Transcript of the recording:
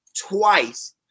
twice